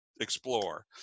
explore